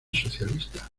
socialista